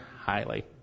highly